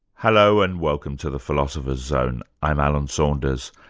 hello, and welcome to the philosopher's zone i'm alan saunders.